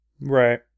Right